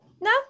No